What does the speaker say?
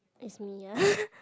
is me ah